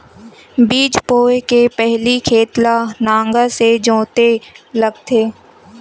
बीज बोय के पहिली खेत ल नांगर से जोतेल लगथे?